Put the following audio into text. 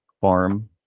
farm